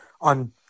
on